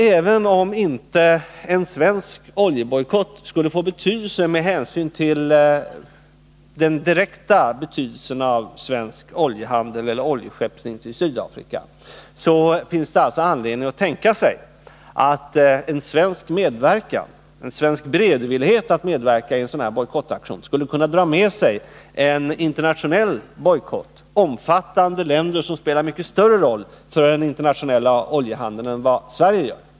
Även om en svensk oljebojkott inte skulle få betydelse med hänsyn till omfattningen av svensk oljehandel eller oljeskeppning till Sydafrika, finns det alltså anledning att tänka sig att en svensk medverkan — en svensk beredvillighet att medverka i en sådan här bojkottaktion — skulle kunna dra med sig en internationell bojkott, omfattande länder som spelar en mycket större roll för den internationella oljehandeln än vad Sverige gör.